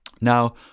Now